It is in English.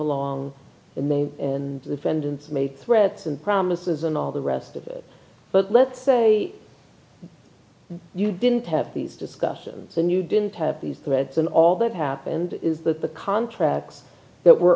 along and then in the end made threats and promises and all the rest of it but let's say you didn't have these discussions and you didn't have the reds and all that happened is that the contracts that were